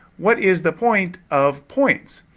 what is the point of points?